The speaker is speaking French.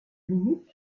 minute